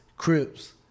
Crips